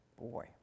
Boy